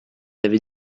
avait